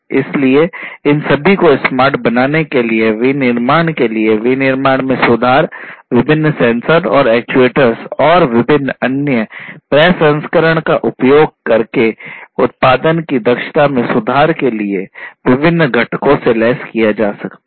इसलिए इन सभी को स्मार्ट बनाने के लिए विनिर्माण के लिए विनिर्माण में सुधार विभिन्न सेंसर और एक्चुएटर्स और विभिन्न अन्य प्रसंस्करण का उपयोग करके उत्पादन की दक्षता में सुधार के लिए विभिन्न घटकों से लैस किया जा सकता है